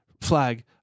flag